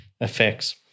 effects